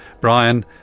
Brian